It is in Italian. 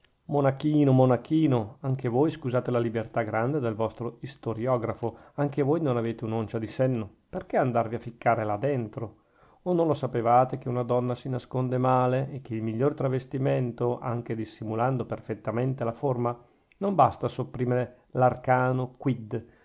lui monachino monachino anche voi scusate la libertà grande del vostro istoriografo anche voi non avete un'oncia di senno perchè andarvi a ficcare là dentro o non lo sapevate che una donna si nasconde male e che il miglior travestimento anche dissimulando perfettamente la forma non basta a sopprimere l'arcano quid